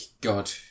god